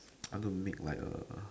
I want to make like a